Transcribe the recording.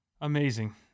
Amazing